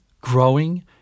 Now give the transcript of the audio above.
growing